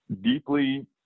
deeply